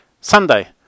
Sunday